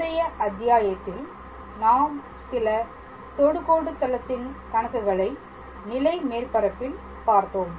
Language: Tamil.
முந்தைய அத்தியாயத்தில் நாம் சில தொடுகோடு தளத்தின் கணக்குகளை நிலை மேற்பரப்பில் பார்த்தோம்